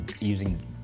using